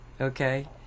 okay